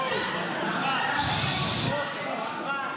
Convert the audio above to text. חוק מושחת.